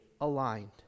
aligned